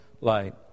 light